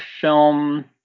film